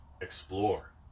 Explore